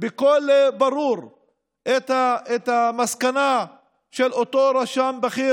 בקול ברור את המסקנה של אותו רשם בכיר.